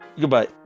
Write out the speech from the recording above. Goodbye